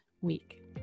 week